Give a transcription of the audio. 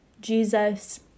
Jesus